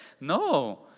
No